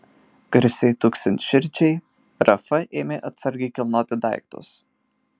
garsiai tuksint širdžiai rafa ėmė atsargiai kilnoti daiktus